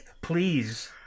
Please